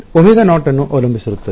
omega naught ಅನ್ನು ಅವಲಂಬಿಸಿರುತ್ತದೆ